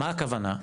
מה הכוונה?